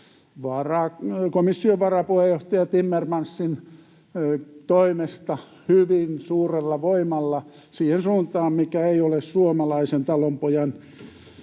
komission varapuheenjohtaja Timmermansin toimesta hyvin suurella voimalla siihen suuntaan, mikä ei ole suomalaisen talonpojan